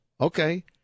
Okay